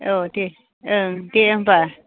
औ दे ओं दे होमबा